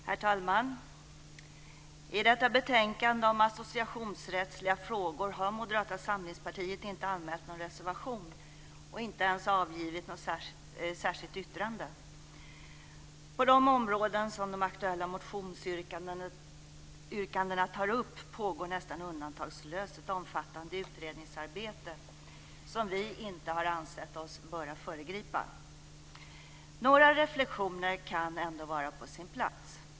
Herr talman! I detta betänkande om associationsrättsliga frågor har Moderata samlingspartiet inte anmält någon reservation och inte ens avgivit något särskilt yttrande. På de områden som de aktuella motionsyrkandena tar upp pågår nästan undantagslöst ett omfattande utredningsarbete som vi inte har ansett att vi bör föregripa. Några reflexioner kan ändå vara på sin plats.